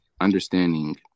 understanding